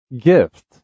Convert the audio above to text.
gift